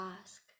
ask